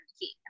key